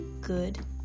good